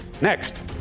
next